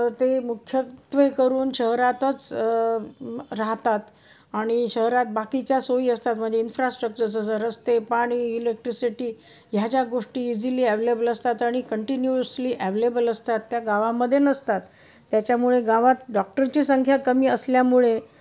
ते मुख्यत्वेकरून शहरातच राहतात आणि शहरात बाकीच्या सोयी असतात म्हणजे इन्फ्रास्ट्रक्चर जसं रस्ते पाणी इलेक्ट्रिसिटी ह्या ज्या गोष्टी इझिली अव्हेलेबल असतात आणि कंटिन्यूअसली ॲव्हेलेबल असतात त्या गावामध्ये नसतात त्याच्यामुळे गावात डॉक्टरची संख्या कमी असल्यामुळे